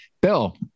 Bill